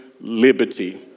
liberty